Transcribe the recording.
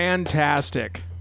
fantastic